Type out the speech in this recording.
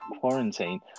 quarantine